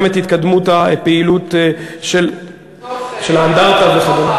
וגם את התקדמות הפעילות של האנדרטה וכדומה.